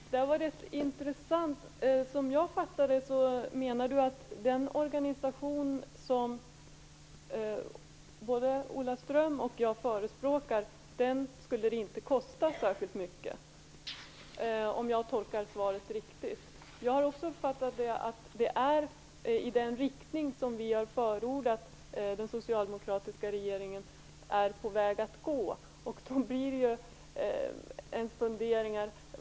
Fru talman! Det var intressant. Om jag tolkar svaret riktigt menar Ylva Johansson att den organisation som både Ola Ström och jag förespråkar inte skulle kosta särskilt mycket. Jag har också uppfattat att det är i den riktning som vi har förordat som den socialdemokratiska regeringen är på väg att gå.